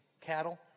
cattle